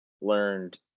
learned